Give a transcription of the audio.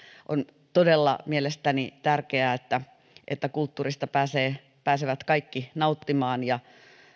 on todella mielestäni tärkeää että että kulttuurista pääsevät pääsevät kaikki nauttimaan ja